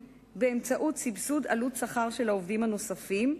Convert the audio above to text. באמצעות סבסוד עלות שכר של העובדים הנוספים,